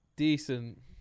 decent